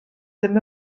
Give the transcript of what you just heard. ddim